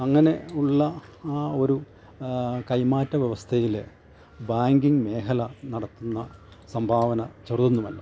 അങ്ങനെ ഉള്ള ആ ഒരു കൈമാറ്റ വ്യവസ്ഥയിൽ ബാങ്കിങ്ങ് മേഖല നടത്തുന്ന സംഭാവന ചെറുത് ഒന്നുമല്ല